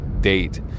date